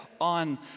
on